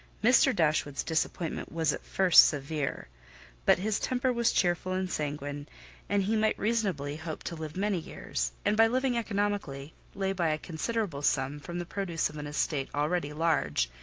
mr. dashwood's disappointment was, at first, severe but his temper was cheerful and sanguine and he might reasonably hope to live many years, and by living economically, lay by a considerable sum from the produce of an estate already large,